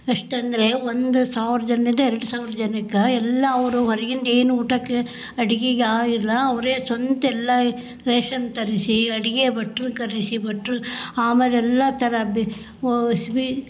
ಎಷ್ಟು ಅಂದರೆ ಒಂದು ಸಾವಿರ ಜನರಿಂದ ಎರಡು ಸಾವಿರ ಜನಕ್ಕೆ ಎಲ್ಲ ಅವರು ಹೊರ್ಗಿಂದ ಏನೂ ಊಟಕ್ಕೆ ಅಡ್ಗಿಗೆ ಯಾರಿಲ್ಲ ಅವರೇ ಸ್ವಂತ ಎಲ್ಲ ರೇಷನ್ ತರಿಸಿ ಅಡುಗೆ ಭಟ್ರನ್ನ ಕರೆಸಿ ಭಟ್ಟರು ಆಮೇಲೆ ಎಲ್ಲ ಥರದ